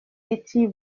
city